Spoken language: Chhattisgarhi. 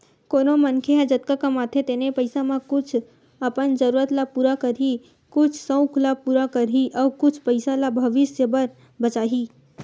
कोनो मनखे ह जतका कमाथे तेने पइसा म कुछ अपन जरूरत ल पूरा करही, कुछ सउक ल पूरा करही अउ कुछ पइसा ल भविस्य बर बचाही